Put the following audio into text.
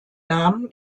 namen